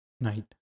night